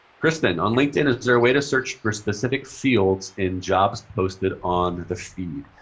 kristen. on linkedin, is there a way to search for specific fields in jobs posted on the feed?